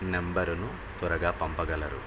నెంబరును త్వరగా పంపగలరు